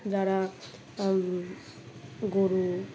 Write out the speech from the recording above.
যারা গরু